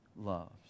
loves